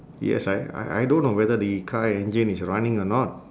yes I I I don't know whether the car engine is running or not